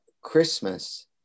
Christmas